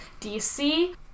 DC